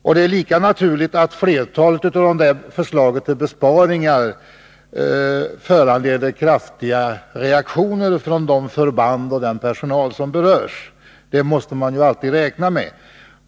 Av naturliga skäl blir flertalet förslag till besparingar starkt kritiserade av berörda instanser.